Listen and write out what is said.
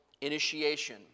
initiation